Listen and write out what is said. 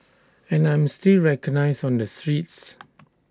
and I'm still recognised on the streets